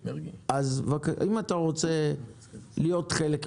אם אתה רוצה להיות חלק מאתנו,